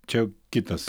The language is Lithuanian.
čia kitas